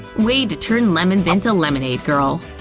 way to turn lemons into lemonade, girl!